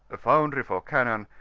a foundry for cannon,